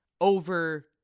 over